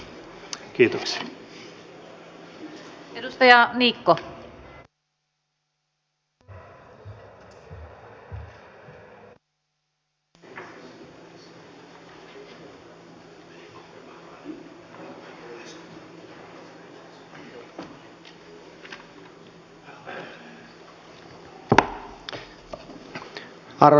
arvoisat kollegat